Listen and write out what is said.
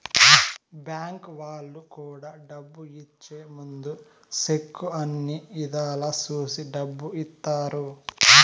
bank వాళ్ళు కూడా డబ్బు ఇచ్చే ముందు సెక్కు అన్ని ఇధాల చూసి డబ్బు ఇత్తారు